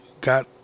got